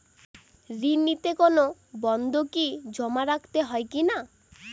ঋণ নিতে কোনো বন্ধকি জমা রাখতে হয় কিনা?